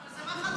אבל מה זה חדש?